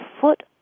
foot